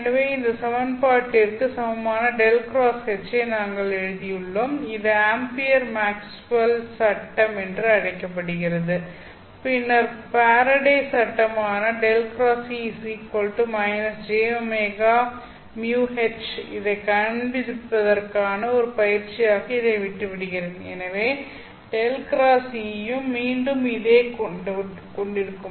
எனவே இந்த சமன்பாட்டிற்கு சமமான ∇xH ஐ நாங்கள் எழுதியுள்ளோம் இது ஆம்பியர் மேக்ஸ்வெல் சட்டம் என்று அழைக்கப்படுகிறது பின்னர் ஃபாரடே Faraday's சட்டமான ∇xE jωμH இதைக் காண்பிப்பதற்கான ஒரு பயிற்சியாக இதை விட்டுவிடுகிறேன் எனவே ∇ x E யும் மீண்டும் இதை கொண்டிருக்கும்